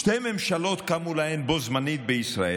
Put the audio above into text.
שתי ממשלות קמו להן בו זמנית בישראל.